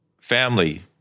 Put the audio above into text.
family